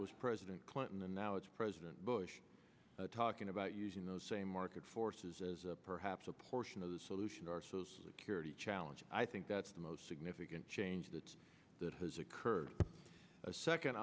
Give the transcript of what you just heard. was president clinton and now it's president bush talking about using those same market forces as perhaps a portion of the solution or so security challenge i think that's the most significant change that that has occurred a second